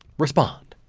respond!